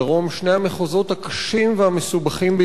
שני המחוזות הקשים והמסובכים ביותר,